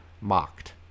mocked